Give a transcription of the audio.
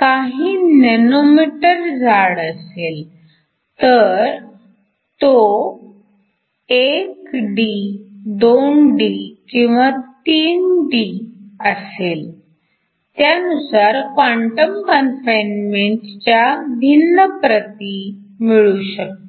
काही नॅनोमीटर जाड असेल तर तो 1D 2D किंवा 3D असेल त्यानुसार क्वांटम कनफाइनमेंट च्या भिन्न प्रती मिळू शकतात